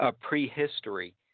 prehistory